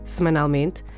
Semanalmente